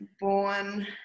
born